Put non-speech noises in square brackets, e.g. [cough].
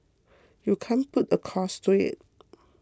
you can't put a cost to it [noise]